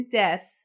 death